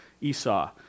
Esau